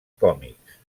còmics